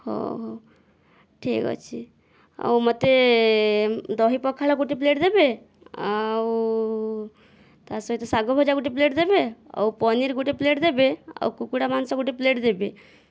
ହେଉ ହେଉ ଠିକ ଅଛି ଆଉ ମୋତେ ଦହି ପଖାଳ ଗୋଟେ ପ୍ଲେଟ ଦେବେ ଆଉ ତା ସହିତ ଶାଗ ଭଜା ଗୋଟେ ପ୍ଲେଟ ଦେବେ ଆଉ ପନିର ଗୋଟେ ପ୍ଲେଟ ଦେବେ ଆଉ କୁକୁଡ଼ା ମାଂସ ଗୋଟେ ପ୍ଲେଟ ଦେବେ